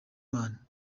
imana